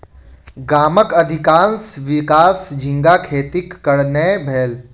गामक अधिकाँश विकास झींगा खेतीक कारणेँ भेल